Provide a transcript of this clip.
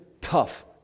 tough